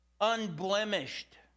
unblemished